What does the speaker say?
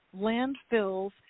Landfills